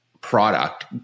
product